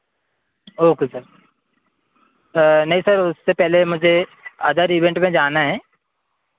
ओ के सर नहीं सर उससे पहले मुझे अदर इवेन्ट में जाना है